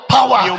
Power